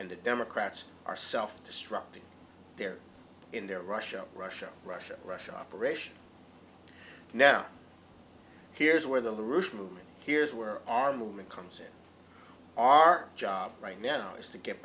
and the democrats are self destructing they're in there russia russia russia russia operation now here's where the movement here's where our movement comes in our job right now is to get